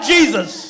Jesus